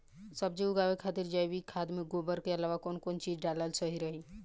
सब्जी उगावे खातिर जैविक खाद मे गोबर के अलाव कौन कौन चीज़ डालल सही रही?